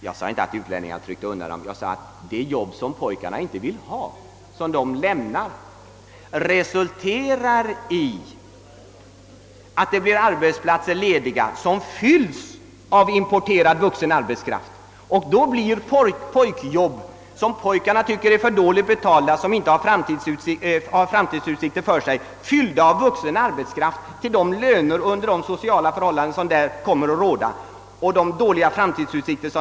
Jag menade inte att utlänningarna tryckt undan pojkarna, utan att när jobb, som pojkarna inte vill ha — de dåligt betalda jobben — fylls av importerad vuxen arbetskraft, kommer de låga löner denna får, att medföra dåliga sociala förhållanden och dåliga framtidsutsikter.